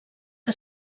que